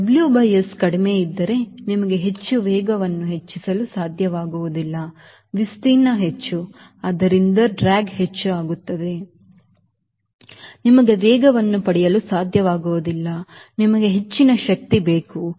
W by S ಕಡಿಮೆ ಇದ್ದರೆ ನಿಮಗೆ ಹೆಚ್ಚು ವೇಗವನ್ನು ಹೆಚ್ಚಿಸಲು ಸಾಧ್ಯವಾಗುವುದಿಲ್ಲ ವಿಸ್ತೀರ್ಣ ಹೆಚ್ಚು ಆದ್ದರಿಂದ ಡ್ರ್ಯಾಗ್ ಹೆಚ್ಚು ಆಗುತ್ತದೆ ನಿಮಗೆ ವೇಗವನ್ನು ಪಡೆಯಲು ಸಾಧ್ಯವಾಗುವುದಿಲ್ಲ ನಿಮಗೆ ಹೆಚ್ಚಿನ ಶಕ್ತಿ ಬೇಕು